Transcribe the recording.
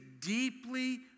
deeply